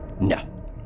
No